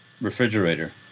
refrigerator